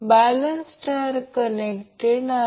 तर हे Van Vbn आणि Vcn चे साइनसॉइडल रिप्रेझेंटेशन आहे